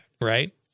right